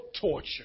torture